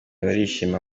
barishima